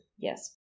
Yes